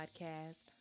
podcast